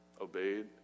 obeyed